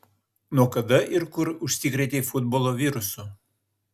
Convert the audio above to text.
nuo kada ir kur užsikrėtei futbolo virusu